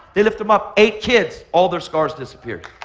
they lift them up. eight kids, all their scars disappear.